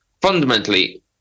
fundamentally